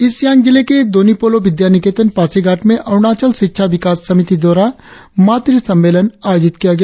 east Siang जिले के दोन्यी पोलो विद्या निकेतन पासीघाट में अरुणाचल शिक्षा विकास समिति द्वारा मातृ सम्मेलन आयोजित किया गया